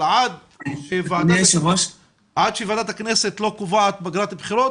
אבל עד שוועדת הכנסת לא קובעת פגרת בחירות,